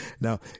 now